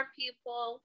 people